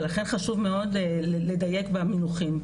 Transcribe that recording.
ולכן חשוב מאוד לדייק במינוחים.